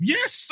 Yes